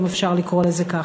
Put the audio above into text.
אם אפשר לקרוא לזה ככה.